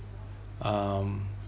um